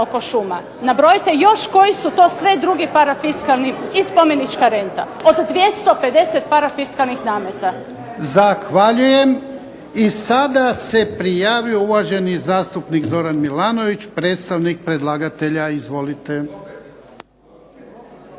oko šuma. Nabrojite još koji su to sve drugi parafiskalni, i spomenička renta. Od 250 parafiskalnih nameta. **Jarnjak, Ivan (HDZ)** Zahvaljujem. I sada se prijavio uvaženi zastupnik Zoran Milanović, predstavnik predlagatelja. Izvolite.